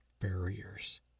barriers